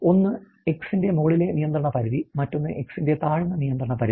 ഒന്ന് എക്സിന്റെ മുകളിലെ നിയന്ത്രണ പരിധി മറ്റൊന്ന് എക്സിന്റെ താഴ്ന്ന നിയന്ത്രണ പരിധി